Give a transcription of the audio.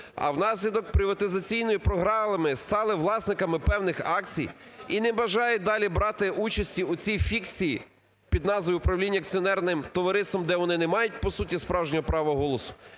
а внаслідок приватизаційної програми стали власниками певних акцій і не бажають далі брати участі у цій фікції під назвою "управління акціонерним товариством", де вони не мають по суті справжнього права голосу,